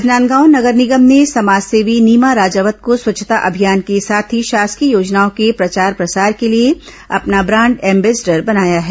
राजनांदगांव नगर निगम ने समाजसेवी नीमा राजावत को स्वच्छता अभियान के साथ ही शासकीय योजनाओं के प्रचार प्रसार के लिए अपना ब्रांड एंबेसडर बनाया है